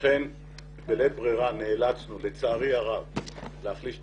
לכן בלית ברירה נאלצנו לצערי הרב להחליש את